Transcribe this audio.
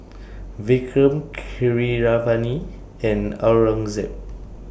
Vikram Keeravani and Aurangzeb